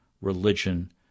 religion